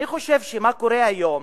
מה שקורה היום